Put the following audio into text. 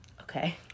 Okay